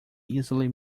easily